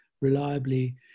reliably